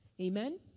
Amen